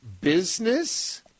business